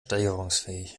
steigerungsfähig